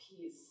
peace